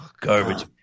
Garbage